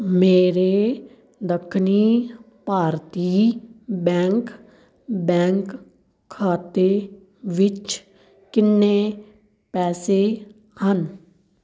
ਮੇਰੇ ਦੱਖਣੀ ਭਾਰਤੀ ਬੈਂਕ ਬੈਂਕ ਖਾਤੇ ਵਿੱਚ ਕਿੰਨੇ ਪੈਸੇ ਹਨ